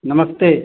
नमस्ते